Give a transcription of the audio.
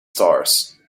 stars